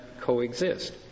coexist